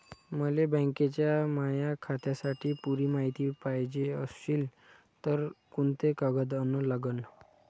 मले बँकेच्या माया खात्याची पुरी मायती पायजे अशील तर कुंते कागद अन लागन?